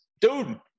dude